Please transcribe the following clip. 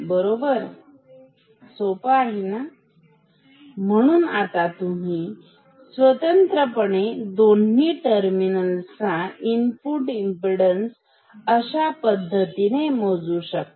सोपा आहे म्हणून आता तुम्ही स्वतंत्रपणे दोन्ही टर्मिनल्स चा इनपुट इमपीडन्स अशा पद्धतीने मोजू शकता